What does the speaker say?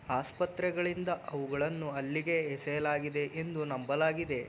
ಆಸ್ಪತ್ರೆಗಳಿಂದ ಅವುಗಳನ್ನು ಅಲ್ಲಿಗೆ ಎಸೆಯಲಾಗಿದೆ ಎಂದು ನಂಬಲಾಗಿದೆ